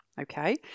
Okay